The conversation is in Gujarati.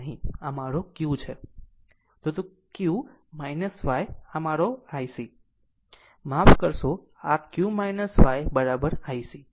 29 કે આ મારો q છે તે q y આ મારો IC માફ કરશો આ એક q y I C